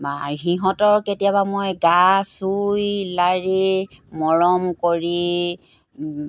সিহঁতৰ কেতিয়াবা মই গা চুই লাৰি মৰম কৰি